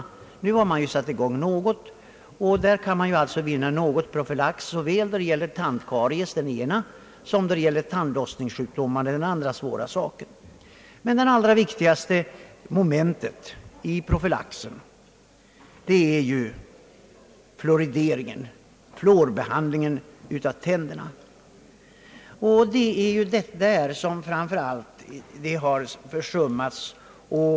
Nu har främst Tandvärnet emellertid satt i gång något här; därigenom kan man vinna en viss profylax såväl när det gäller tandkaries som när det gäller tandlossningssjukdomar. Men det allra viktigaste momentet i profylaxen är fluorideringen, fluorbehandlingen av tänderna. Det är framför allt där som det är fråga om försummelser.